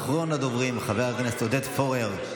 אחרון הדוברים, חבר הכנסת עודד פורר.